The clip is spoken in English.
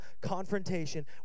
confrontation